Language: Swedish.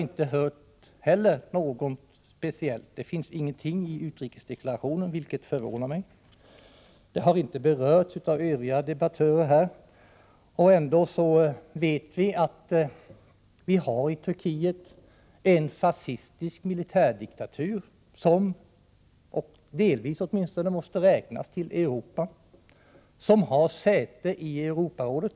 Inte heller i utrikesdeklarationen har det sagts något om Turkiet, vilket förvånar mig. Vi vet ändå att man har en fascistisk militärdiktatur i landet, som åtminstone delvis måste räknas till Europa och som har säte i Europarådet.